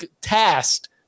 tasked